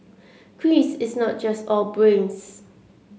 Chris is not just all brains